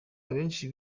abenshi